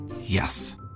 Yes